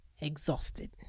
exhausted